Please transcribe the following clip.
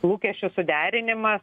lūkesčių suderinimas